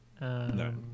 No